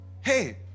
Hey